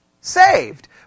saved